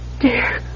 Dear